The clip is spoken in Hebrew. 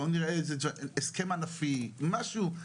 בואו נראה הסכם ענפי, משהו.